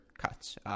cuts